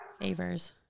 favors